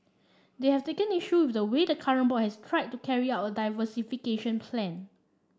they have taken issue with the way the current board has tried to carry out a diversification plan